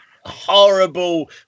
horrible